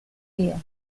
días